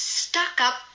stuck-up